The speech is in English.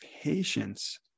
patience